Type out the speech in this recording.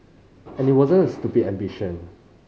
and it wasn't a stupid ambition